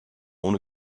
own